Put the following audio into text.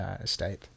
estate